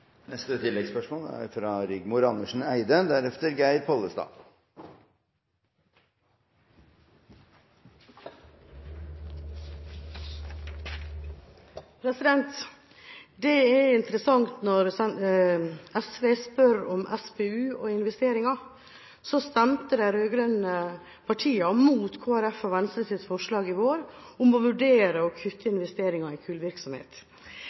Rigmor Andersen Eide – til oppfølgingsspørsmål. Det er interessant når SV spør om SPU og investeringer, for de rød-grønne partiene stemte i vår mot Kristelig Folkepartis og Venstres forslag om å vurdere å kutte investeringer i